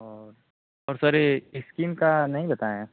और और सर ये इस्किन का नहीं बताए हैं